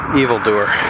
evildoer